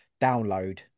Download